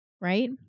Right